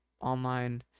online